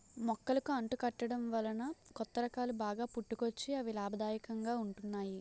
మొక్కలకు అంటు కట్టడం వలన కొత్త రకాలు బాగా పుట్టుకొచ్చి అవి లాభదాయకంగా ఉంటున్నాయి